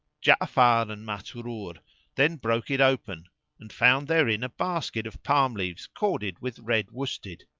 ja'afar and masrur then broke it open and found therein a basket of palm-leaves corded with red worsted.